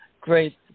great